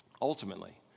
Ultimately